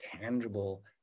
tangible